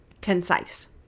Concise